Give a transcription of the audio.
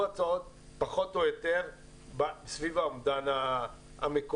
הצעות פחות או יותר סביב האומדן המקורי.